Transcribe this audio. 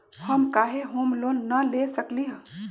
हम काहे home loan न ले सकली ह?